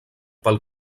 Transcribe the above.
pel